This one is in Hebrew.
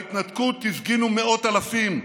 בהתנתקות הפגינו מאות אלפים,